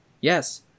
Yes